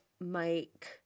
Mike